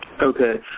Okay